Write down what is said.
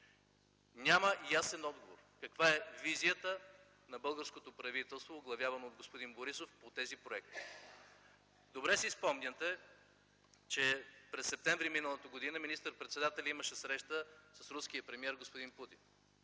няма ясен отговор каква е визията на българското правителство, оглавявано от господин Борисов, по тези проекти. Добре си спомняте, че през септември миналата година министър-председателят имаше среща с руския премиер господин Путин